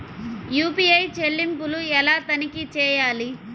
UPI చెల్లింపులు ఎలా తనిఖీ చేయాలి?